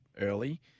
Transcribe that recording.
early